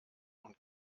und